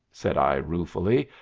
said i ruefully,